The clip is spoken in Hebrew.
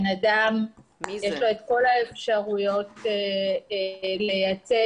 יש לו את כל האפשרויות לייצא.